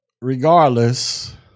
regardless